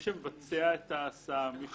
מי שמבצע את ההסעה, מי